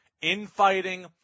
infighting